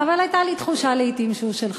אבל הייתה לי תחושה לעתים שהוא שלך.